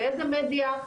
באיזה מדיה,